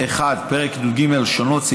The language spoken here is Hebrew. פרק י"ג (שונות),